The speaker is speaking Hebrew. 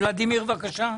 ולדימיר, בבקשה.